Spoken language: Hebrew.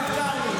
אל תתנשא.